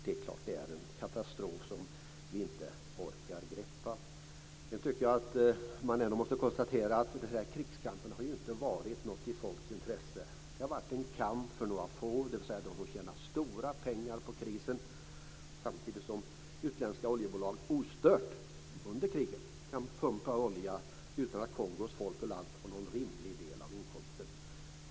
Det är klart att det är en katastrof som vi inte orkar greppa. Man måste ändå konstatera att krigskampen inte varit i något folks intresse. Det har varit en kamp för några få. De har tjänat stora pengar på krisen samtidigt som utländska oljebolag ostört under kriget kan pumpa olja utan att Kongos folk och land får någon rimlig del av inkomsten.